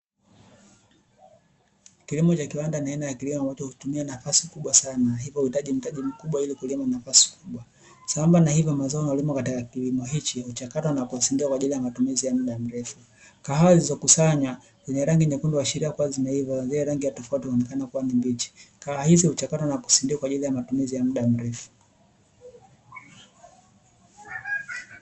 Kilimo cha kiwanda; ni kilimo ambacho hutumia nafasi kubwa sana hivyo huhitaji mtaji mkubwa ili kulima nafasi kubwa, sambamba na hilo mazao yanayolimwa katika kilimo hiki huchakatwa na kusindikwa kwa ajili ya matumizi ya mda mrefu. Kahawa zilizokusanywa zenye rangi nyekundu huashiria kuwa zimeiva na zile rangi tofauti huonekana kuwa ni mbichi, kahawa hizi huchakatwa na kusindikwa kwa matumizi ya mda mrefu.